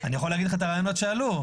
אני יכול להגיד מה הרעיונות שעלו.